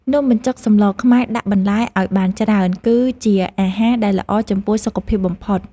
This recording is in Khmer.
នំបញ្ចុកសម្លខ្មែរដាក់បន្លែឱ្យបានច្រើន គឺជាអាហារដែលល្អចំពោះសុខភាពបំផុត។